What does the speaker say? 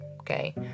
okay